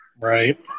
Right